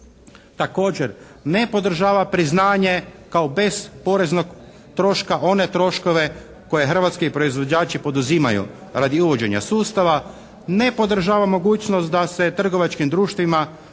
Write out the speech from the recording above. Također ne podržava priznanje kao besporeznog troška one troškove koje hrvatski proizvođači poduzimaju radi uvođenja sustava. Ne podržava mogućnost da se trgovačkim društvima prema